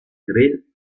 grill